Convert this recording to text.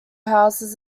houses